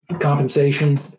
compensation